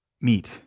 meet